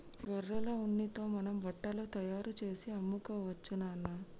గొర్రెల ఉన్నితో మనం బట్టలు తయారుచేసి అమ్ముకోవచ్చు నాన్న